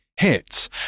hits